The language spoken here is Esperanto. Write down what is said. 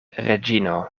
reĝino